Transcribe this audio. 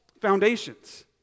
foundations